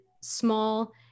small